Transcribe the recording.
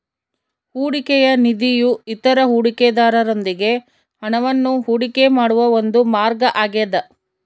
ಹೂಡಿಕೆಯ ನಿಧಿಯು ಇತರ ಹೂಡಿಕೆದಾರರೊಂದಿಗೆ ಹಣವನ್ನು ಹೂಡಿಕೆ ಮಾಡುವ ಒಂದು ಮಾರ್ಗ ಆಗ್ಯದ